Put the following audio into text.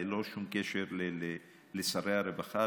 ללא שום קשר לשרי הרווחה,